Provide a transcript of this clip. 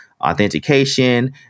authentication